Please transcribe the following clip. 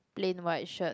plain white shirt